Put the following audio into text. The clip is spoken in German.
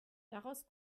daraus